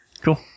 Cool